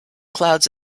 clouds